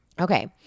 Okay